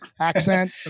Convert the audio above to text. accent